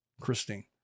Christine